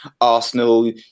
Arsenal